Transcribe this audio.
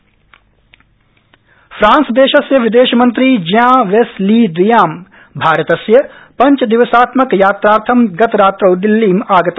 France विदेशमन्त्री फ्रांसदेशस्य विदेश मन्त्री ज्यां वेस ली द्वियां भारतस्य पञ्चदिवसात्मक यात्रार्थं गतरात्रौ दिल्लीम् आगत